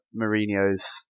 Mourinho's